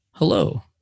Hello